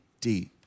deep